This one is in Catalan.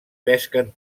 pesquen